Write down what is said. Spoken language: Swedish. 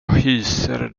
hyser